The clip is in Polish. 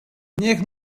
niech